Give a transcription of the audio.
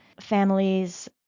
families